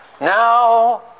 Now